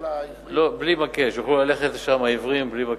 שיוכלו ללכת שם העיוורים בלי מקל.